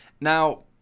Now